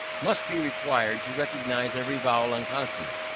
must be required to recognize every vowel and consonant.